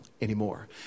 anymore